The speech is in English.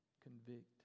Convict